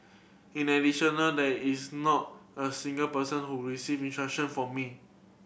in additional there is not a single person who received instruction from me